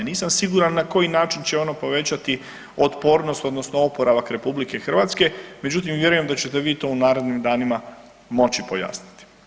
Nisam siguran na koji način će ono povećati otpornost odnosno oporavak RH međutim vjerujem da ćete vi to u narednim danima moći pojasniti.